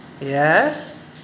Yes